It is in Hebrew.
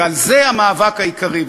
ועל זה המאבק העיקרי.